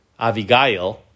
Avigail